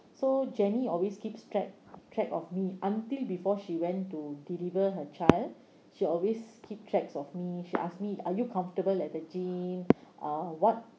so jenny always keeps track track of me until before she went to deliver her child she always keep tracks of me she ask me are you comfortable at the gym uh what